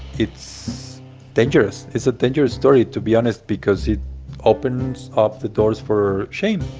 it's dangerous. it's a dangerous story, to be honest, because it opens up the doors for shame